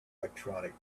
electronic